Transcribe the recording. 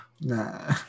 nah